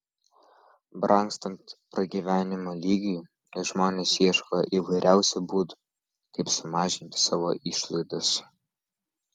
brangstant pragyvenimo lygiui žmonės ieško įvairiausių būdų kaip sumažinti savo išlaidas